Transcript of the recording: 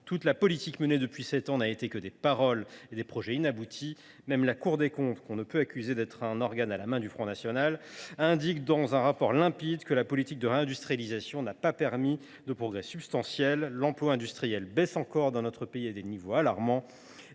Toute la politique menée depuis sept ans n’a consisté qu’en paroles et en projets inaboutis. Même la Cour des comptes, que l’on ne peut pas accuser d’être un organe à la main du Front national, indique dans un rapport limpide que la politique de réindustrialisation n’a pas permis de progrès substantiels. L’emploi industriel baisse encore dans notre pays à des niveaux alarmants